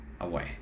away